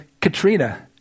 Katrina